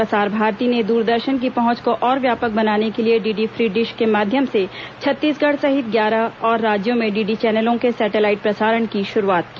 प्रसार भारती ने दूरदर्शन की पहुंच को और व्यापक बनाने के लिए डीडी फ्री डिश के माध्यम से छत्तीसगढ़ सहित ग्यारह और राज्यों में डीडी चैनलों के सैटेलाइट प्रसारण की शुरूआत की